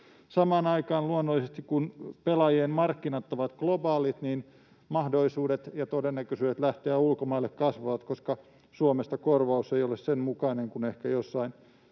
Samaan aikaan luonnollisesti, kun pelaajien markkinat ovat globaalit, mahdollisuudet ja todennäköisyydet lähteä ulkomaille kasvavat, koska Suomesta korvaus ei ole sen mukainen kuin ehkä jossain